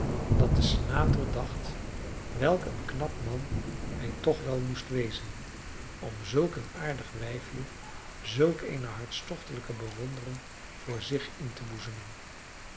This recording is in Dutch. dat de senator dacht welk een knap man hij toch wel moest wezen om zulk een aardig wijfje zulk eene hartstochtelijke bewondering voor zich in te boezemen